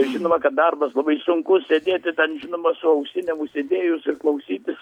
žinoma kad darbas labai sunkus sėdėti ten žinoma su ausinėm užsidėjus ir klausytis